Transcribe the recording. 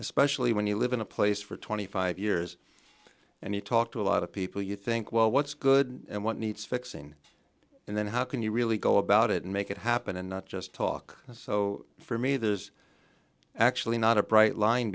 especially when you live in a place for twenty five years and you talk to a lot of people you think well what's good and what needs fixing and then how can you really go about it and make it happen and not just talk so for me there's actually not a bright line